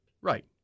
Right